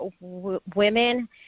women